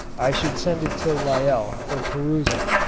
i should sent it to lyell for perusal.